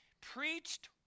Preached